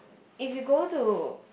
if you go to